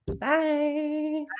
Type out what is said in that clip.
Bye